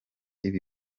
ibi